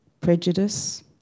prejudice